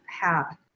path